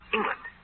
England